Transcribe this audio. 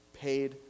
paid